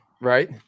right